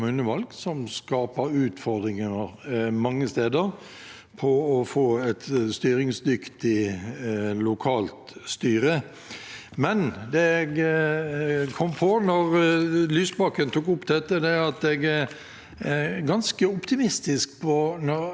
Men det jeg kom på da Lysbakken tok opp dette, er at jeg er ganske optimistisk når det gjelder ungdommen, for der er det stort engasjement. Det er mange som engasjerer seg lokalt i partiene,